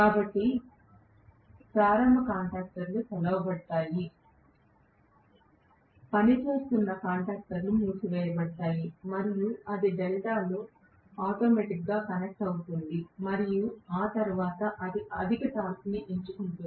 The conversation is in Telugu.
కాబట్టి ప్రారంభ కాంటాక్టర్లు తెరవబడతాయి పని చేస్తున్న కాంటాక్టర్లు మూసివేయబడతాయి మరియు అది డెల్టాలో ఆటోమేటిక్ గా కనెక్ట్ అవుతుంది మరియు ఆ తరువాత అది అధిక టార్క్ను ఎంచుకుంటుంది